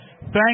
Thank